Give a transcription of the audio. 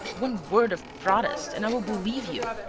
one word of protest and i will believe you.